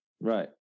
Right